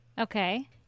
Okay